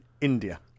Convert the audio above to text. India